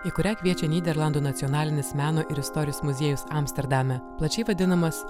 į kurią kviečia nyderlandų nacionalinis meno ir istorijos muziejus amsterdame plačiai vadinamas